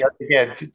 again